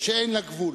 שאין לה גבול.